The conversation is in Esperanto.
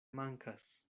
mankas